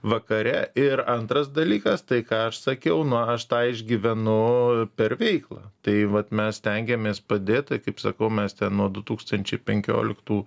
vakare ir antras dalykas tai ką aš sakiau na aš tą išgyvenu per veiklą tai vat mes stengiamės padėt tai kaip sakau mes ten nuo du tūkstančiai penkioliktų